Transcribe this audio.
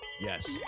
Yes